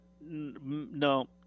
No